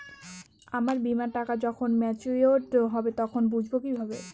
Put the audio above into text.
আমার বীমার টাকা যখন মেচিওড হবে তখন বুঝবো কিভাবে?